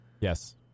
Yes